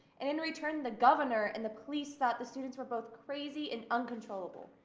and in return, the governor and the police thought the students were both crazy and uncontrollable.